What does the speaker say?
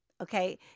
okay